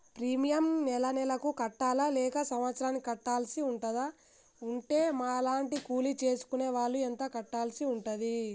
Premium నెల నెలకు కట్టాలా లేక సంవత్సరానికి కట్టాల్సి ఉంటదా? ఉంటే మా లాంటి కూలి చేసుకునే వాళ్లు ఎంత కట్టాల్సి ఉంటది?